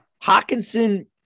Hawkinson